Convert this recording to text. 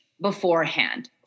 beforehand